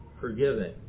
forgiving